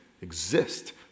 exist